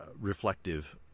reflective